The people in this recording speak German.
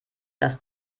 dass